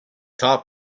top